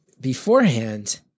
beforehand